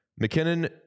McKinnon